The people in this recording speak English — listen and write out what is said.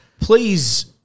please